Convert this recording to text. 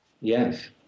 Yes